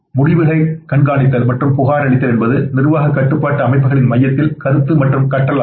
முடிவுகளை கண்காணித்தல் மற்றும் புகாரளித்தல் என்பது நிர்வாக கட்டுப்பாட்டு அமைப்புகளின் மையத்தில் கருத்து மற்றும் கற்றல்ஆகும்